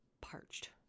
parched